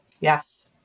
Yes